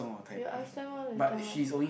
you ask them orh later lor